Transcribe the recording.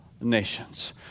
nations